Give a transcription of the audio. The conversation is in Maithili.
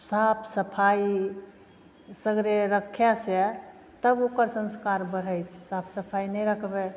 साफ सफाइ ओ सगरे रखै से तब ओकर संस्कार बढ़ै छै साफ सफाइ नहि रखबै